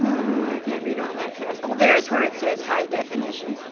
can't read all that fast, oh there's where it says high definition,